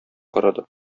карады